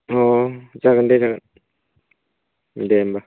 अह जागोन दे जागोन दे होमबा